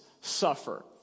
suffer